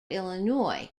illinois